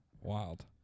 wild